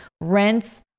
rents